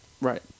Right